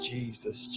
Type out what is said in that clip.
Jesus